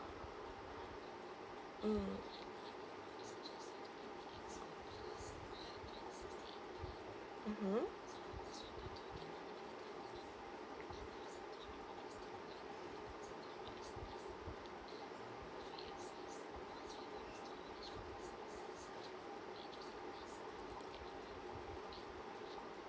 mm mmhmm